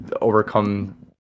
overcome